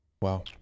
Wow